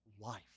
life